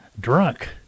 Drunk